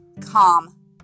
calm